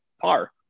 par